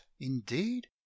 indeed